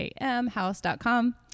house.com